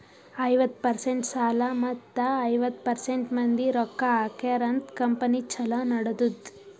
ಐವತ್ತ ಪರ್ಸೆಂಟ್ ಸಾಲ ಮತ್ತ ಐವತ್ತ ಪರ್ಸೆಂಟ್ ಮಂದಿ ರೊಕ್ಕಾ ಹಾಕ್ಯಾರ ಅಂತ್ ಕಂಪನಿ ಛಲೋ ನಡದ್ದುದ್